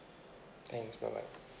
thanks bye bye